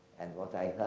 and what i